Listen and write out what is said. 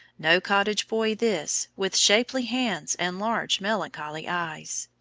no cottage boy this, with shapely hands and large, melancholy eyes.